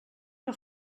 que